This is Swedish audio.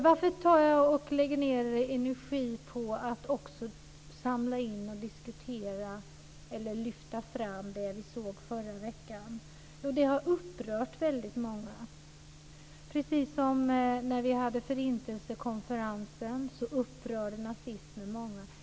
Varför lägger jag ned energi på att också lyfta fram det som vi såg förra veckan? Jo, det har upprört väldigt många. Precis som när vi hade Förintelsekonferensen så upprörde nazismen många.